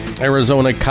Arizona